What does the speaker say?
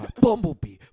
bumblebee